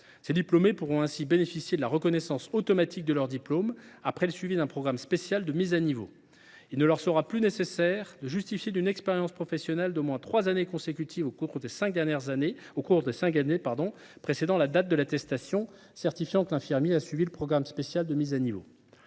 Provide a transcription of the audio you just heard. Ces diplômés pourront ainsi bénéficier de la reconnaissance automatique de leur diplôme après le suivi d’un programme spécial de mise à niveau ; il ne leur sera plus nécessaire de justifier d’une expérience professionnelle d’au moins trois années consécutives au cours des cinq années précédant la date de l’attestation certifiant que l’infirmier a suivi ledit programme spécial. Enfin, en